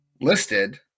listed